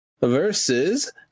versus